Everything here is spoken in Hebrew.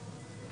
ישראל.